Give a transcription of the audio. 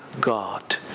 God